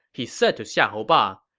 he said to xiahou ba,